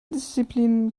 disziplin